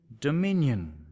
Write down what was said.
dominion